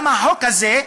גם החוק הזה,